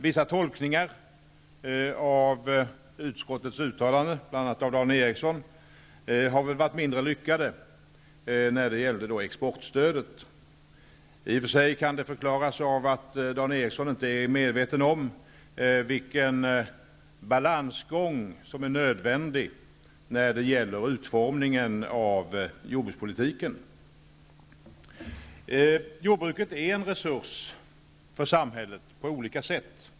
Dan Ericsson i Kolmården om exportstödet, har varit mindre lyckade. Det kan förklaras av att Dan Ericsson inte är medveten om vilken balansgång som är nödvändig när det gäller utformningen av jordbrukspolitiken. Jordbruket är en resurs för samhället på olika sätt.